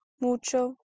mucho